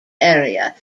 area